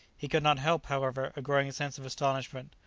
he could not help, however, a growing sense of astonishment,